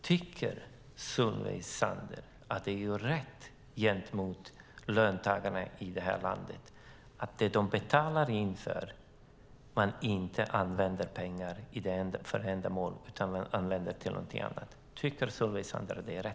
Tycker Solveig Zander att det är rätt gentemot löntagarna i landet att det de betalar in inte används för detta ändamål utan till något annat?